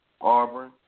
Auburn